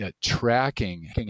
tracking